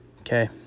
Okay